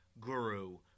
guru